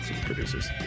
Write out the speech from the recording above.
producers